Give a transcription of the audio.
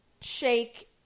shake